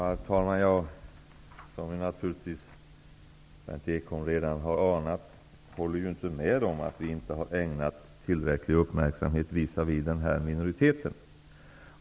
Herr talman! Som Berndt Ekholm naturligtvis redan har anat håller jag inte med om att vi inte har ägnat den här minoriteten tillräcklig uppmärksamhet.